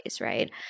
right